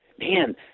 man